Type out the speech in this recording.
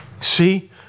See